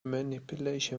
manipulation